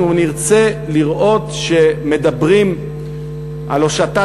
אנחנו נרצה לראות שמדברים על הושטת